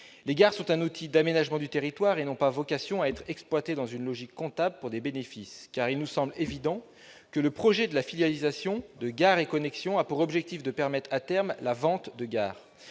Les gares sont des outils d'aménagement du territoire et n'ont pas vocation à être exploitées selon une logique comptable pour réaliser des bénéfices. Il nous semble évident que le projet de filialisation de Gares & Connexions a pour finalité de permettre à terme la vente de gares,